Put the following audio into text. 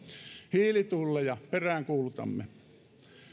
hiilitulleja peräänkuulutamme